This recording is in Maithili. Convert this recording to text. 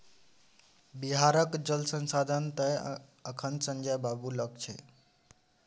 बिहारक जल संसाधन तए अखन संजय बाबू लग छै